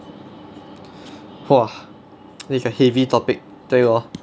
!wah! that's a heavy topic 对 lor